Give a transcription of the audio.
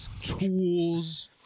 tools